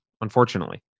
unfortunately